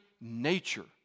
nature